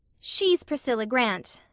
she's priscilla grant,